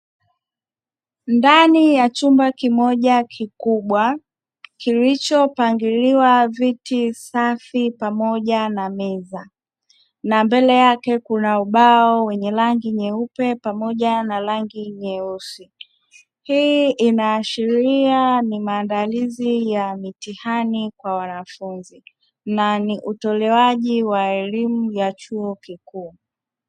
Ndani ya chumba kimoja kikubwa kilichopangiliwa viti safi pamoja na meza na mbele yake kuna ubao wenye rangi nyeupe pamoja na rangi nyeusi. Hii inaashiria ni maandalizi ya mitihani kwa wanafunzi na ni utolewaji wa elimu ya chuo kikuu.